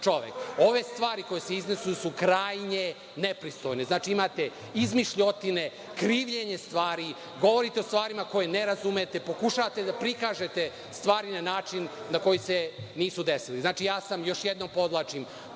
čovek. Ove stvari koje se iznose su krajnje nepristojne. Imate izmišljotine, krivljenje stvari, govorite o stvarima koje ne razumete, pokušavate da prikažete stvari na način na koji se nisu desile. Još jednom podvlačim,